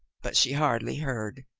but she hardly heard.